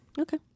okay